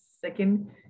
Second